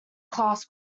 class